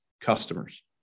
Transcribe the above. customers